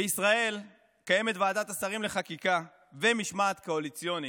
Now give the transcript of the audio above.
בישראל קיימת ועדת השרים לחקיקה ומשמעת קואליציונית,